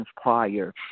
prior